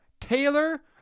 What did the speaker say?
Taylor